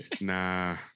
Nah